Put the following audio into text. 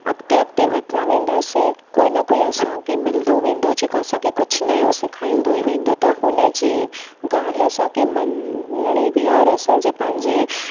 अॻिते अॻिते वधंदा वेंदासीं कोई न कोई असांखे मिलंदो वेंदो जेको असांखे कुझु नयो सेखाईंदो ई वेंदो त हुन जी ॻाल्हि असांखे मञणी बि आहे औरि असांजे पंहिंजे